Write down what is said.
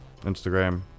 Instagram